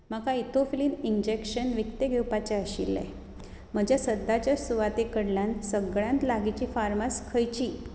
म्हाका etofylline injection विकतें घेवपाचें आशिल्लें म्हज्या सद्याच्या सुवाते कडल्यान सगळ्यांत लागींची फार्मास खंयची